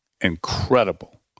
incredible